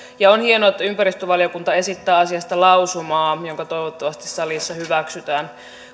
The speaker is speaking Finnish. on hienoa että ympäristövaliokunta esittää asiasta lausumaa joka toivottavasti salissa hyväksytään